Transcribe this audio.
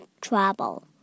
trouble